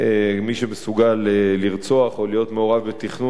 מי שמסוגל לרצוח או להיות מעורב בתכנון רצח,